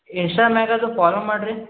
insta ನ್ಯಾಗಗ follow ಮಾಡ್ರಿ